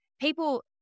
people